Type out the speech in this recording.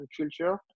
culture